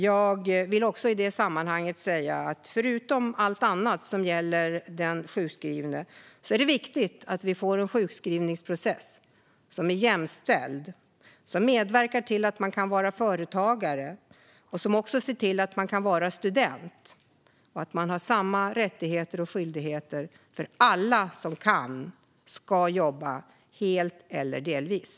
Jag vill också i detta sammanhang säga att det, förutom allt annat som gäller den sjukskrivne, är viktigt att vi får en sjukskrivningsprocess som är jämställd och medverkar till att man kan vara företagare eller student och till att man har samma rättigheter och skyldigheter. Alla som kan ska jobba, helt eller delvis.